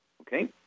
Okay